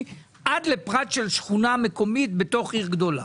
עד לפרט של שכונה מקומית בתוך עיר גדולה.